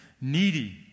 needy